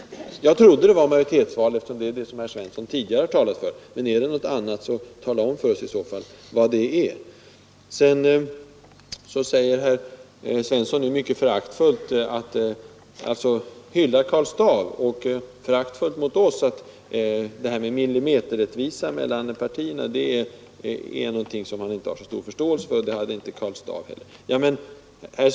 Jag trodde det var majoritetsval; det var vad herr Svensson tidigare talade för. Men är det någonting annat, så tala om det för oss! Herr Svensson hyllade Karl Staaff och sade föraktfullt att han själv inte hade någon förståelse för dem som vill åstadkomma millimeterrättvisa mellan partierna, och det hade inte Karl Staaff heller.